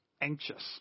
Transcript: anxious